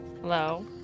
Hello